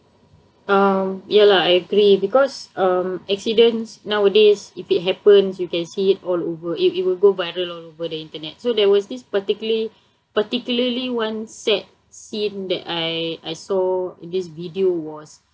um ya lah I agree because um accidents nowadays if it happens you can see it all over it will go viral all over the internet so there was this particularly particularly one sad scene that I I saw in this video was